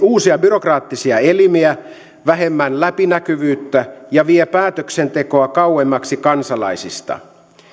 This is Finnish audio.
uusia byrokraattisia elimiä vähemmän läpinäkyvyyttä ja vie päätöksentekoa kauemmaksi kansalaisista